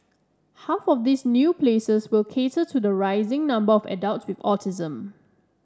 half of these new places will cater to the rising number of adults with autism